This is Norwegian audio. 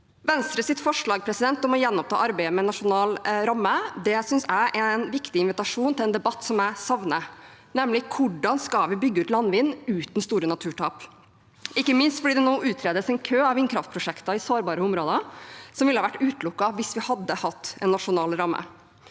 Venstres forslag om å gjenoppta arbeidet med nasjonal ramme synes jeg er en viktig invitasjon til en debatt som jeg savner, nemlig hvordan vi skal bygge ut landvind uten store naturtap – ikke minst fordi det nå utredes en kø av vindkraftprosjekter i sårbare områder, noe som ville vært utelukket hvis vi hadde hatt nasjonal ramme.